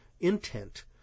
intent